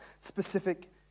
specific